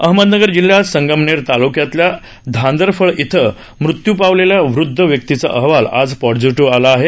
अहमदनगर जिल्ह्यात संगमनेर तालुक्यातल्या धांदरफळ इथं मृत्यू पावलेल्या वृध्द व्यक्तीचा अहवाल आज पॉझिटिव्ह आला आहे